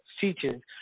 teaching